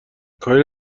کاری